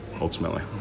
ultimately